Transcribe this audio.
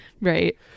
Right